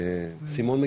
סימון,